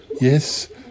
Yes